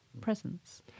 presence